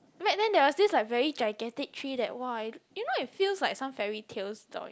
back then there was this like very gigantic tree that !wah! you know it feels like some fairy tale story